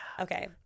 okay